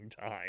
time